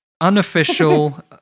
unofficial